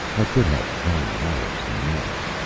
i could have wrung muller's neck.